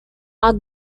are